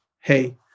hey